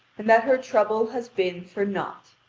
and that her trouble has been for naught.